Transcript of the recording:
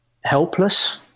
Helpless